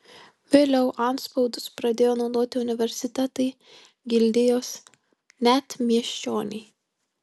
vėliau antspaudus pradėjo naudoti universitetai gildijos net miesčioniai